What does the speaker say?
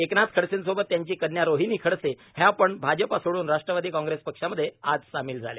एकनाथ खडसेंसोबत त्यांची कन्या रोहिणी खडसे हया पण भाजप सोडून राष्ट्रवादी काँग्रेस पक्षामध्ये आज सामील झाल्या